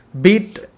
Beat